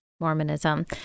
Mormonism